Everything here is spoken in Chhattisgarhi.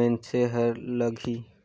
मइनसे हर लगाही